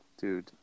Dude